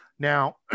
Now